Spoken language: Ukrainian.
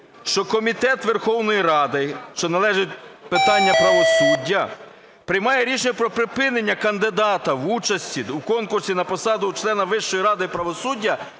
що комітет Верховної Ради, що належить питання правосуддя, приймає рішення про припинення кандидата в участі у конкурсі на посаду члена Вищої ради правосуддя